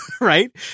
right